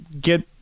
get